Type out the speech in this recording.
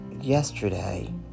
yesterday